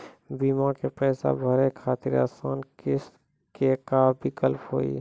बीमा के पैसा भरे खातिर आसान किस्त के का विकल्प हुई?